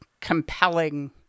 compelling